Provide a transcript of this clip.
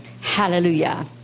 Hallelujah